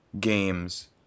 games